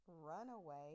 runaway